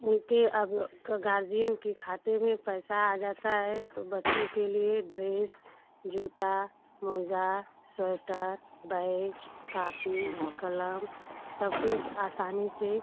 उनके अब गार्जियन के खाते में पैसा आ जाता है तो बच्चों के लिए ड्रेस जूता मोजा स्वेटर बैग कापी कलम सब कुछ आसानी से